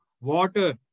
water